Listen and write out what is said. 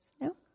No